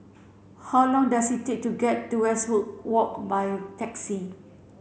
how long does it take to get to Westwood Walk by taxi